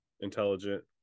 intelligent